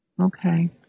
Okay